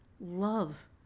love